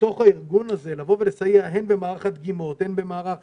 בתוך הארגון הזה לבוא ולסייע הן במערך הדגימות והן במערך